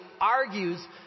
argues